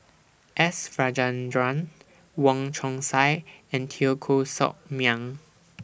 S Rajendran Wong Chong Sai and Teo Koh Sock Miang